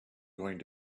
going